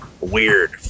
weird